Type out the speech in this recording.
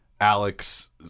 alex